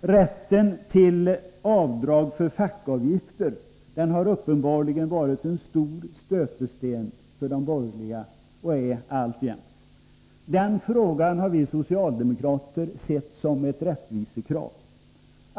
Rätten till avdrag för fackföreningsavgifter har uppenbarligen varit en stor stötesten för de borgerliga partierna och är det alltjämt. Vi socialdemokrater har sett detta som ett rättvisekrav.